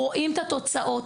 רואים את התוצאות,